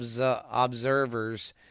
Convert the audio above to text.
observers